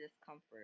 discomfort